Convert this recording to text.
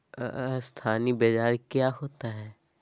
अस्थानी बाजार क्या होता है?